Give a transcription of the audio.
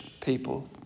people